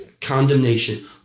condemnation